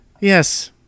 Yes